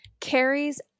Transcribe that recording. carries